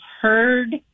heard